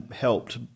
helped